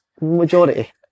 Majority